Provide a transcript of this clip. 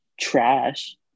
Trash